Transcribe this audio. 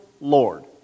Lord